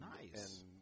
Nice